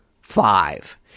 five